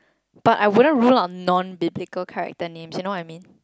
but I wouldn't rule on non typical character names you know what I mean